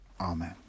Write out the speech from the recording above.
Amen